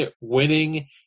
winning